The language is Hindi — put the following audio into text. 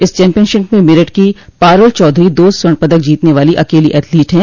इस चैम्पियनशिप में मेरठ की पारूल चौधरी दो स्वर्ण पदक जीतने वाली अकेली एथलीट हैं